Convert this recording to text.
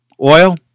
Oil